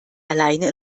alleine